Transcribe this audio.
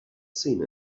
seen